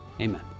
amen